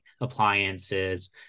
appliances